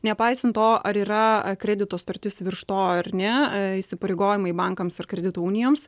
nepaisant to ar yra kredito sutartis virš to ar ne įsipareigojimai bankams ar kredito unijoms